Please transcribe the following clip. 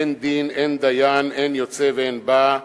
אין דין, אין דיין, אין יוצא ואין בא.